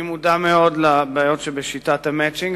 אני מודע מאוד לבעיות שבשיטת ה"מצ'ינג",